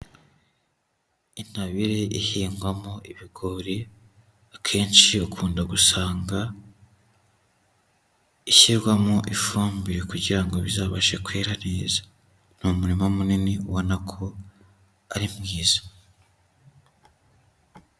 Intabire ihingwamo ibigori, akenshi ukunda gusanga ishyirwamo ifumbire kugira ngo bizabashe kwera neza, ni umurima munini ubona ko ari mwiza.